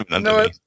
No